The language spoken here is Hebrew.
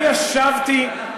אני ישבתי,